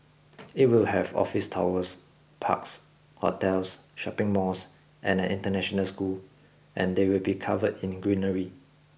it will have office towers parks hotels shopping malls and an international school and they will be covered in greenery